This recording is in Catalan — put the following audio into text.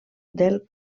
del